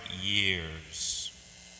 years